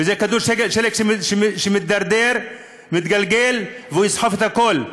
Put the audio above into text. וזה כדור שלג ומידרדר ומתגלגל והוא יסחף את הכול.